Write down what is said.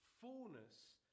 fullness